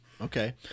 Okay